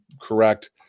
correct